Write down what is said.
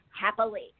happily